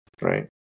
right